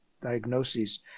diagnoses